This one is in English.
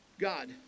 God